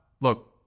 look